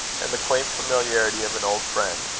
and the quiet familiarity of an old friend.